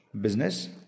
business